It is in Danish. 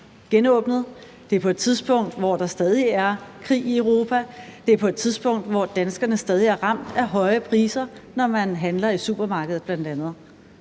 genåbnet; det er på et tidspunkt, hvor der stadig er krig i Europa; det er på et tidspunkt, hvor danskerne stadig er ramt af høje priser, bl.a. når man handler i supermarkedet. Med andre